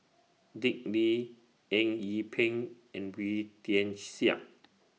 Dick Lee Eng Yee Peng and Wee Tian Siak